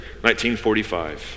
1945